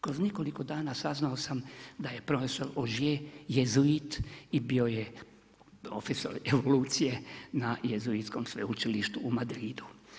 Kroz nekoliko dana saznao sam da je profesor … jezuit i bio je profesor evolucije na Jezuitskom sveučilištu u Madridu.